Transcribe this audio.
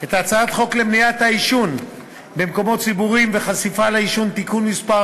את הצעת חוק למניעת העישון במקומות ציבוריים והחשיפה לעישון (תיקון מס'